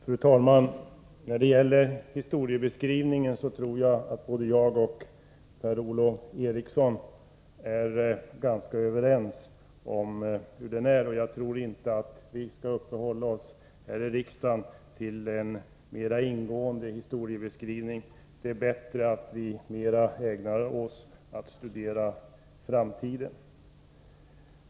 Fru talman! När det gäller historieskrivningen tror jag att Per-Ola Eriksson och jag är ganska överens om den. Men jag anser att vi här i riksdagen inte skall uppehålla oss vid en mera ingående historieskrivning. Det är bättre att vi mera ägnar oss åt att studera inför framtiden.